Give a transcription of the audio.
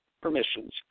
permissions